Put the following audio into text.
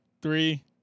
Three